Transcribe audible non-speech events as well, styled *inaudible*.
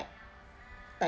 *noise* like